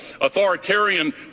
authoritarian